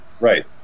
right